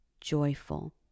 joyful